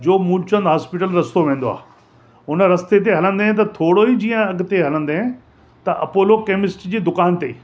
जो मूलचंद हास्पीटल रस्तो वेंदो आहे हुन रस्ते ते हलंदे त थोरो ई जीअं अॻिते हलंदे त अपोलो केमिस्ट जी दुकान ते